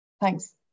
Thanks